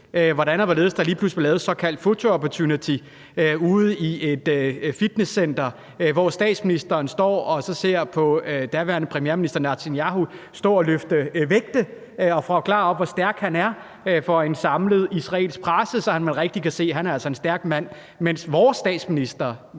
hvordan og hvorledes der lige pludselig blev lavet en såkaldt photo opportunity ude i et fitnesscenter, hvor statsministeren står og ser daværende premierminister Netanyahu stå og løfte vægte og forklare, hvor stærk han er, foran en samlet israelsk presse, så man rigtig kan se, at han altså er en stærk mand, mens vores statsminister